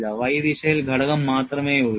Y ദിശയിൽ ഘടകം മാത്രമേയുള്ളൂ